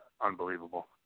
unbelievable